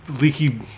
leaky